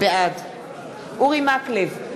בעד אורי מקלב,